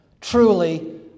truly